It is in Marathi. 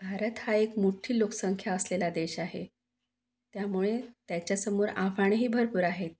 भारत हा एक मोठी लोकसंख्या असलेला देश आहे त्यामुळे त्याच्यासमोर आव्हानंही भरपूर आहेत